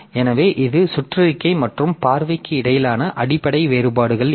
எனவே இந்த சுற்றறிக்கை மற்றும் பார்வைக்கு இடையிலான அடிப்படை வேறுபாடுகள் இவை